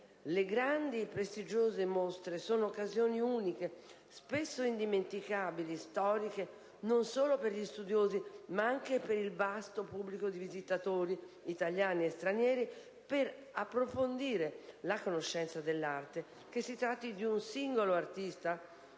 Le grandi, prestigiose mostre sono occasioni uniche, spesso indimenticabili, storiche, non solo per gli studiosi, ma anche per il vasto pubblico di visitatori, italiani e stranieri, per approfondire la conoscenza dell'arte, che si tratti di un singolo artista,